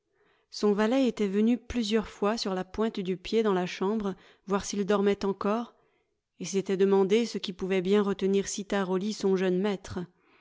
son valet était venu plusieurs fois sur la pointe du pied dans la chambre voir s'il dormait encore et s'était demandé ce qui pouvait bien retenir si tard au lit son jeune maître